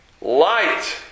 light